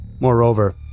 Moreover